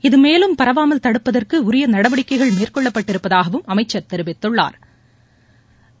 இது மேலும் பரவாமல் தடுப்பதற்குஉரியநடவடிக்கைகள் மேற்கொள்ளபட்டிருப்பதாகவும் அமைச்சர் தெரிவித்துள்ளாா்